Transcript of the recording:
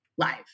live